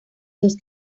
los